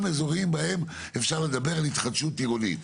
אזורים בהם אפשר לדבר על התחדשות עירונית.